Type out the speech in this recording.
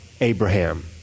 Abraham